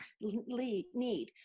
need